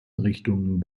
richtung